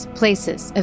places